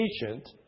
patient